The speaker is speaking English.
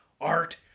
art